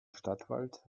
stadtwald